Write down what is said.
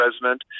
president